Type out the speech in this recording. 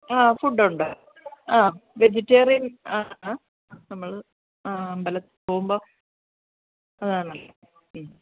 ആ ഫുഡ് ഉണ്ട് ആ വെജിറ്റേറിയൻ ആണ് നമ്മൾ അമ്പലത്തിൽ പോകുമ്പോൾ അതാണല്ലോ മ്മ്